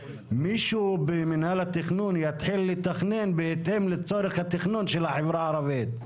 מישהו במנהל התכנון יתחיל לתכנן בהתאם לצורך התכנון של החברה הערבית.